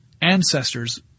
ancestors